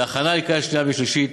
להכנה לקריאה שנייה ושלישית.